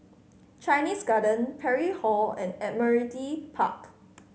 Chinese Garden Parry Hall and Admiralty Park